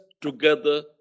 together